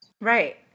Right